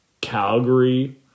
Calgary